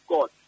God